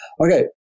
Okay